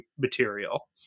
material